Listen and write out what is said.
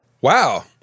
Wow